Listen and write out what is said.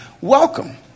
welcome